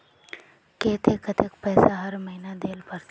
केते कतेक पैसा हर महीना देल पड़ते?